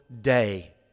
day